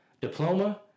diploma